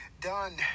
done